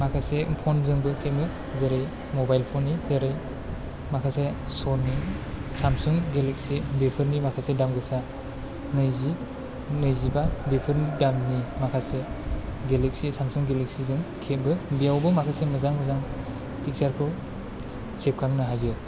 माखासे फन जोंबो खेबो जेरै मबाइल फननि जेरै माखासे सनि सामसुं गेलेक्सि बेफोरनि माखासे दाम गोसा नैजि नैजिबा बेफोर दामनि माखासे गेलेक्सि सेमसुं गेलेक्सिजों खेबो बेवावबो माखासे मोजां मोजां फिकचारखौ सेबखांनो हायो